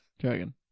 Dragon